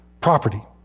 property